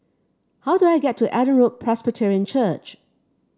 how do I get to Adam Road Presbyterian Church